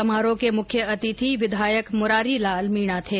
समारोह के मुख्य अतिथि विधायक मुरारी लाल मीणा थे